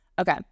Okay